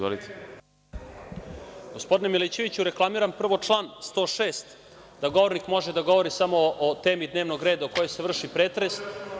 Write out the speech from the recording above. Gospodine Milićeviću, reklamiram prvo član 106. da govornik može da govori samo o temi dnevnog reda o kojoj se vrši pretres.